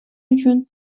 үчүн